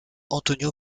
antonio